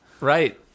Right